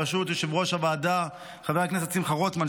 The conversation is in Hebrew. בראשות יושב-ראש הוועדה חבר הכנסת שמחה רוטמן,